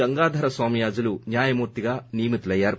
గంగాధర నో మయాజులు న్యాయమూర్తిగా నియమితులు అయ్యారు